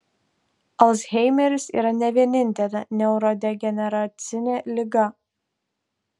alzheimeris yra ne vienintelė neurodegeneracinė liga